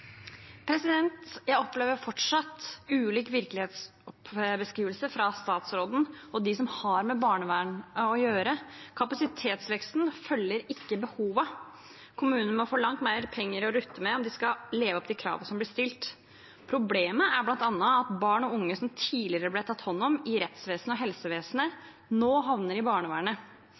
som har med barnevernet å gjøre. Kapasitetsveksten følger ikke behovet. Kommunene må få langt mer penger å rutte med om de skal leve opp til kravene som blir stilt. Problemet er bl.a. at barn og unge som tidligere ble tatt hånd om i rettsvesenet og helsevesenet, nå havner i barnevernet.